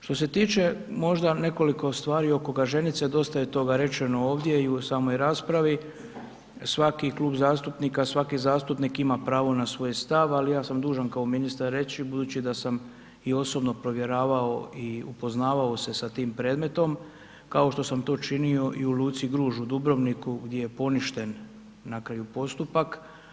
Što se tiče možda nekoliko stvari oko Gaženice, dosta je toga rečeno ovdje i u samoj raspravi, svaki klub zastupnika, svaki zastupnik ima pravo na svoj stav, ali ja sam dužan kao ministar reći, budući da sam i osobno provjeravao i poznavao se sa tim predmetom, kao što sam to činio u i luci Gruž u Dubrovniku gdje je poništen na kraju postupak.